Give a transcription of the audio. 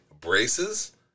braces